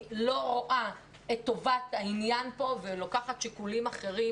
לא רואה את טובת העניין פה ולוקחת שיקולים אחרים.